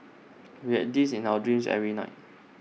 we had this in our dreams every night